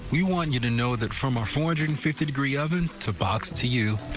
we want you to know that from our four hundred and fifty degree oven, to box, to you,